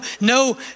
no